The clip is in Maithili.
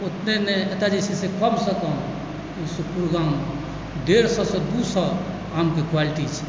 ओतबे नहि एतए जे छै से कमसँ कम ई सुखपुर गाम डेढ़ सएसँ दू सए आमके क्वालिटी छै